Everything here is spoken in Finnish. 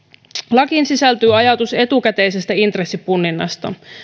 lakiin sisältyy ajatus etukäteisestä intressipunninnasta